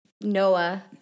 Noah